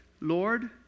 Lord